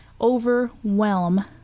overwhelm